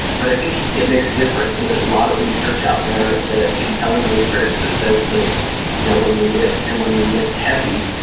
but i think it makes a difference and there's a lot of research out there, compelling research, that says that you know when you lift and when you lift heavy,